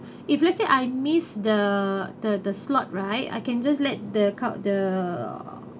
if let's say I miss the the the slot right I can just let the cup~ the